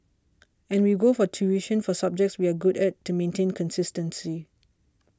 and we go for tuition for subjects we are good at to maintain consistency